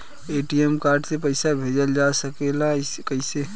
ATM card से पइसा भेजल जा सकेला कइसे?